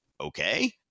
okay